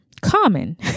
common